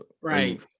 right